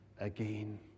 again